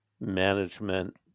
management